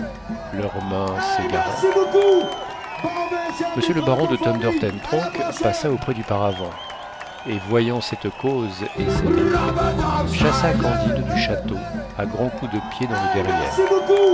leurs mains s'égarèrent m le baron de thunder ten tronckh passa auprès du paravent et voyant cette cause et cet effet chassa candide du château à grands coups de pied dans le derrière